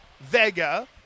Vega